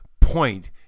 point